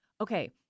okay